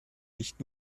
nicht